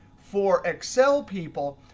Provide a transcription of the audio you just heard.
for excel people,